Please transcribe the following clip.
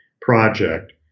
project